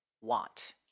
want